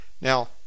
Now